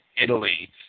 Italy